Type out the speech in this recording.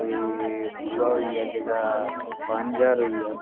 ते दूआ होई गेआ जेह्का पंज ज्हार होई गेआ